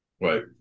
right